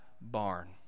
barn